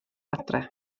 adre